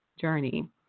journey